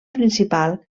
principal